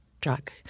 drug